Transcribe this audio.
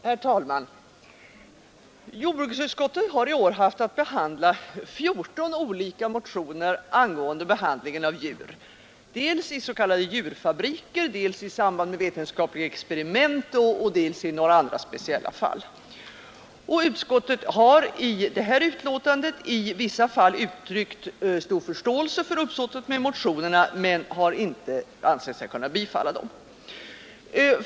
Herr talman! Jordbruksutskottet har i år haft att behandla fjorton olika motioner angående användningen av djur dels i s.k. i djurfabriker, dels i samband med vetenskapliga experiment, dels i några andra speciella fall. Utskottet har i sitt betänkande i vissa fall uttryckt stor förståelse för uppsåtet med motionerna men har inte ansett sig kunna biträda dem.